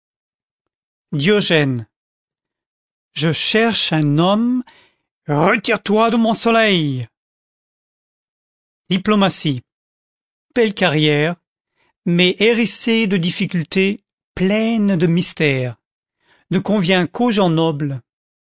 je cherche un homme retire-toi de mon soleil diplomatie belle carrière mais hérissée de difficultés plaine de mystères ne convient qu'aux gens nobles